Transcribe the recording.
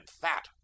fat